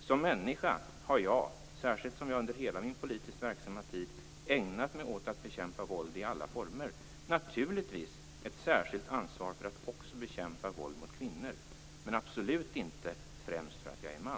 Som människa har jag, särskilt som jag under hela min politiskt verksamma tid ägnat mig åt att bekämpa våld i alla former, naturligtvis ett särskilt ansvar för att också bekämpa våld mot kvinnor, men absolut inte främst för att jag är man.